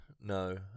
no